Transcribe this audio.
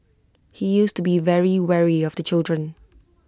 he used to be very wary of the children